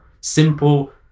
simple